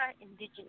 indigenous